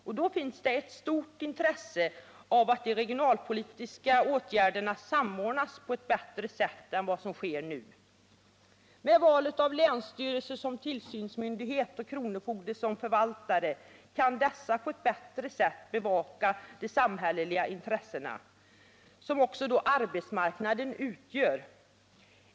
Och då finns det ett stort intresse av att de regionalpolitiska åtgärderna samordnas på ett bättre sätt än som sker nu. Valet av länsstyrelse som tillsynsmyndighet och kronofogde som förvaltare gör att dessa på ett bättre sätt kan bevaka de samhälleliga intressen som också arbetsmarknaden utgör.